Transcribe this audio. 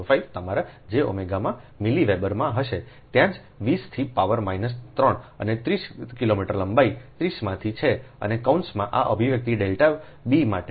4605 તમારા jΩમાં મિલીવેબરમાં હશેત્યાં જ 20 થી પાવર માઈનસ 3 અને 30કિલોમીટર લંબાઈ 30 માં છે અને કૌંસ માં આ અભિવ્યક્તિ ડેલ્ટા b માટે